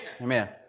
Amen